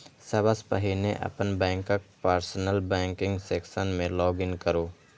सबसं पहिने अपन बैंकक पर्सनल बैंकिंग सेक्शन मे लॉग इन करू